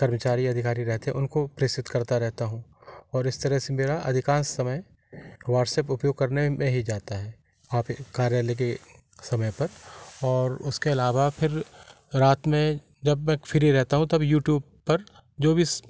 कर्मचारी अधिकारी रहते हैं उनको प्रेषित करता रहता हूँ और इस तरह से मेरा अधिकांश समय व्हाट्स एप उपयोग करने में ही जाता है आप कार्यालय के समय पर और उसके अलावा फिर रात में जब मैं फ्री रहता हूँ तब यूट्यूब पर जो भी